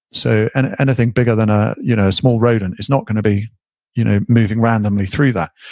so and anything bigger than a you know small rodent is not going to be you know moving randomly through that.